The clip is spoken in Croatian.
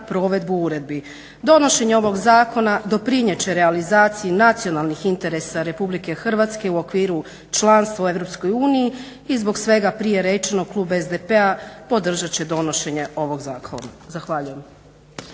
provedbu uredbi. Donošenje ovog zakona doprinijet će realizaciji nacionalnih interesa Republike Hrvatske u okviru članstva u EU i zbog svega prije rečenog klub SDP-a podržat će donošenje ovog zakona. Zahvaljujem.